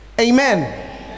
amen